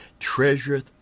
treasureth